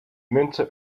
münze